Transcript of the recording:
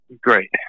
Great